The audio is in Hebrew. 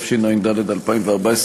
התשע"ד 2014,